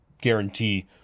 guarantee